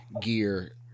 gear